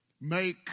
make